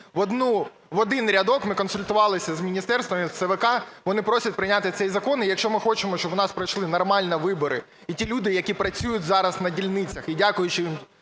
В один рядок ми консультувалися з міністерствами, з ЦКВ, вони просять прийняти цей закон. І якщо ми хочемо, щоб у нас пройшли нормально вибори, і ті люди, які працюють зараз на дільницях, і дякуючи їм